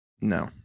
No